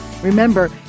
Remember